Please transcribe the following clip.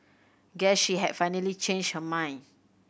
guess she had finally changed her mind